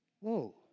Whoa